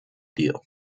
deal